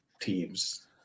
teams